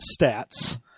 stats